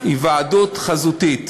היוועדות חזותית.